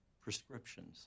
prescriptions